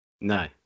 No